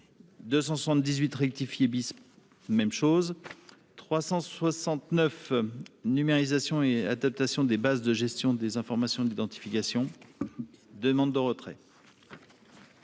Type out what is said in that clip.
278 rectifié bis, même chose 369 numérisation et adaptation des bases de gestion des informations d'identification demande de retrait.